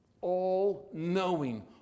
all-knowing